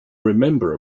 remember